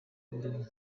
uruhu